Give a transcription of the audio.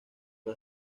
fue